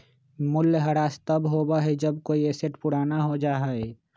मूल्यह्रास तब होबा हई जब कोई एसेट पुराना हो जा हई